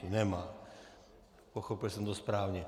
Nemá, pochopil jsem to správně.